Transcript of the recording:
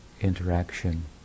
interaction